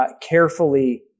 carefully